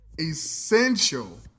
Essential